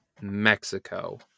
Mexico